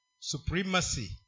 supremacy